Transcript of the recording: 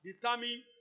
determine